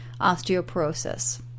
osteoporosis